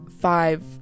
five